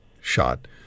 shot